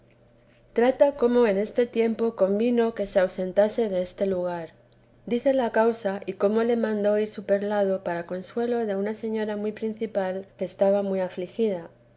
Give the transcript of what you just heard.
trata cómo en este tiempo convino que se ausentase deste lugar dice la causa y cómo la mandó ir su perlado para consuelo de una señora muy principal que estaba muy afligida